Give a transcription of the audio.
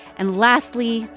and lastly,